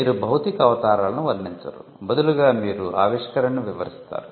మీరు భౌతిక అవతారాలను వర్ణించరు బదులుగా మీరు ఆవిష్కరణను వివరిస్తారు